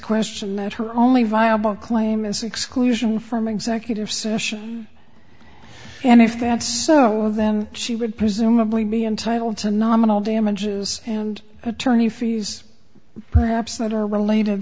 question that her only viable claim is exclusion from executive session and if that's so then she would presumably be entitled to nominal damages and attorney fees perhaps that are related